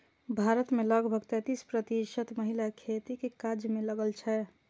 भारत मे लगभग तैंतीस प्रतिशत महिला खेतीक काज मे लागल छै